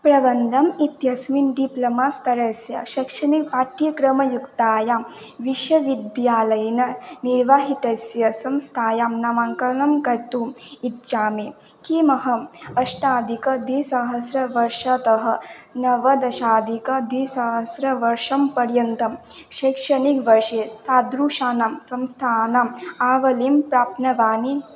प्रबन्धम् इत्यस्मिन् डिप्लमा स्तरस्य शैक्षणिकपाठ्यक्रमयुक्तायां विश्वविद्यालयेन निर्वाहितस्य संस्थायां नामाङ्कनं कर्तुम् इच्छामि किमहम् अष्टाधिकद्विसहस्रतमवर्षतः नवदशाधिकद्विसहस्रवर्षपर्यन्तं शैक्षणिकवर्षे तादृशानां संस्थानाम् आवलिं प्राप्नोमि